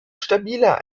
stabiler